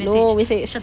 no message